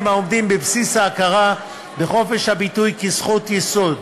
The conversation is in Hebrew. העומדים בבסיס ההכרה בחופש הביטוי כזכות יסוד: